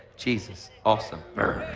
jesus. awesome.